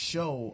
Show